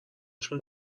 شون